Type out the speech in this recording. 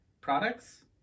products